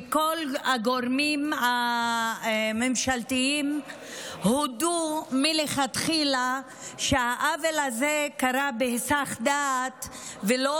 כל הגורמים הממשלתיים הודו מלכתחילה שהעוול הזה קרה בהיסח דעת ולא